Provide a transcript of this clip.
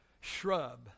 shrub